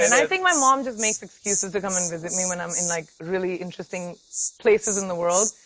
and i think my mom just makes excuses to come and visit me when i'm in, like, really interesting places in the world.